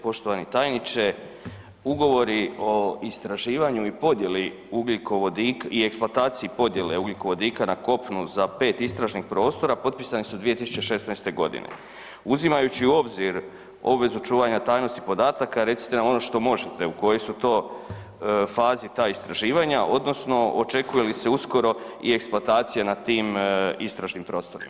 Poštovani tajniče, Ugovori o istraživanju i podjeli i eksploataciji podjele ugljikovodika na kopnu za 5 istražnih prostora potpisani su 2016.g. Uzimajući u obzir obvezu čuvanja tajnosti podataka recite nam ono što možete, u kojoj su to fazi ta istraživanja odnosno očekuje li se uskoro i eksploatacija na tim istražnim prostorima?